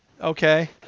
Okay